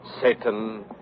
Satan